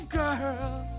girl